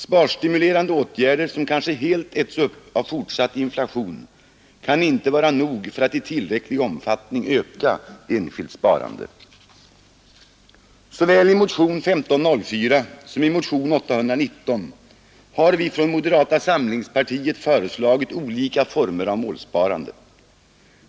Sparstimulerande åtgärder som kanske helt äts upp av fortsatt inflation kan inte vara nog för att i tillräcklig omfattning öka enskilt sparande. Såväl i motionen 1504 som i motionen 819 har vi från moderata samlingspartiet föreslagit olika former av målsparande.